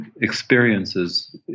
experiences